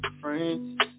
Friends